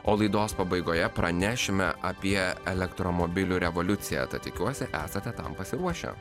o laidos pabaigoje pranešime apie elektromobilių revoliuciją tad tikiuosi esate tam pasiruošę